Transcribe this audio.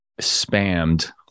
spammed